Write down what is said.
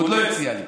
הוא עוד לא הציע לי.